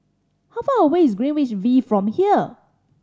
how far away is Greenwich V from here